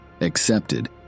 accepted